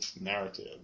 narrative